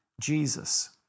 Jesus